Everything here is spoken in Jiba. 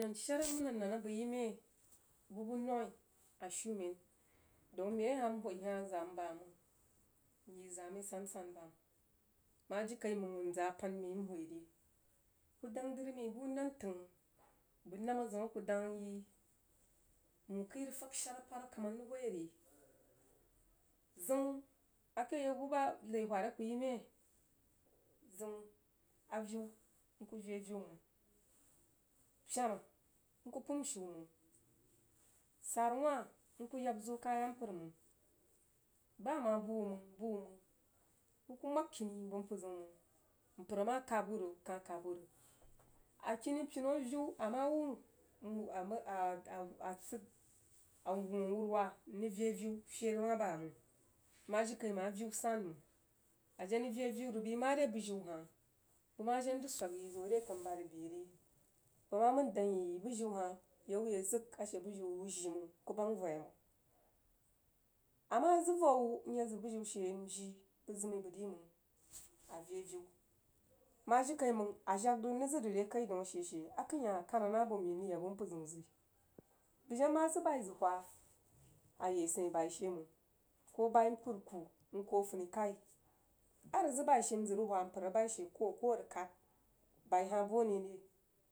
Dan shar amənah a nan abəg yi mie bəg buh nummai a shummen daun məi ahah nhoi hah zaa mai bamang myi zaa məi sansan ban mah jin mang wunzaa pəin mai ri kuh dang dri məi buh nantəng namma ziuun akuh dang yi wuh khii rig fag shar aparkamah nrig whai re zium aviu kuh veviu mang pena nkuh pəim shiu mang sara wah nkub yaab zwoh kaya npər mang ba ama buh wuh mang buh wuh mang wuh kuh mag kini bəg npər ziun mang npər gmah khab wuh rig kuh kwab wuh rig akini pinu aviu amah wuh a wuh wuh awuruwah mrig veviu feri wah bamang mah jirikaimang aviu san mang a jen rig veviu rig bə mare bujiu hah bəg mah jen zəg swag yi zooh re tənu bubari bəa re bəg mah mənən dang yi bujiu hah bəi wuh yau zəg ashe bujiu wuh wuh jii mang kuh bang voh yai mang amah zəg voh wuh nyag zəg bujiu she njii bəg zəmmi bəg ri mang ave aviu mah jirikai mang a jag rig mrig zəd rig re kai daun ashe she akəinhah a kanah nah abo men mrig yag buh npər ziun zəgəi bəg jen mah zəg bai zəg whah a yi asəin bai she mang koh bai npər kuuh nkuuh a funikhai a rig zəg bai she mzəg rig whah npər a bai she kwoh ko a rig khad kuh bəd ane re?